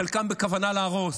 חלקם בכוונה להרוס.